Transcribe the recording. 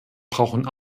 brauchen